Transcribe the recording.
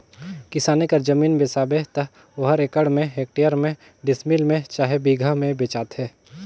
किसानी कर जमीन बेसाबे त ओहर एकड़ में, हेक्टेयर में, डिसमिल में चहे बीघा में बेंचाथे